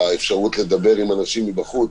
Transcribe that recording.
האפשרות לדבר עם אנשים מבחוץ,